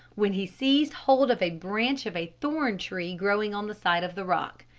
when he seized hold of a branch of a thorn tree growing on the side of the rock.